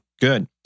good